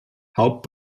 haupt